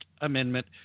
Amendment